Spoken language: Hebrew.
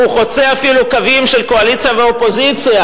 והוא חוצה אפילו קווים של קואליציה ואופוזיציה.